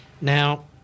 Now